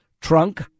trunk